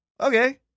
Okay